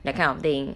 that kind of thing